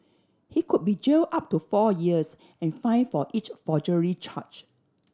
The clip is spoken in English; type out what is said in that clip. he could be jail up to four years and fine for each forgery charge